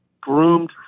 groomed